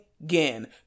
again